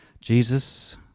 Jesus